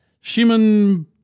Shimon